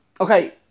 okay